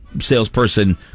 salesperson